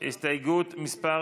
הסתייגות מס'